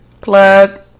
Plug